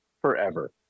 forever